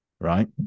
right